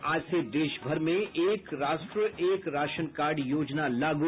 और आज से देशभर में एक राष्ट्र एक राशन कार्ड योजना लागू